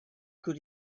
good